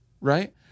right